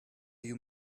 you